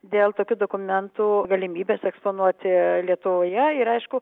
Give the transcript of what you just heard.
dėl tokių dokumentų galimybės eksponuoti lietuvoje ir aišku